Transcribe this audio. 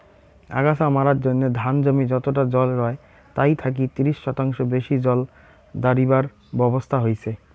আগাছা মারার জইন্যে ধান জমি যতটা জল রয় তাই থাকি ত্রিশ শতাংশ বেশি জল দাড়িবার ব্যবছস্থা হইচে